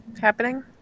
happening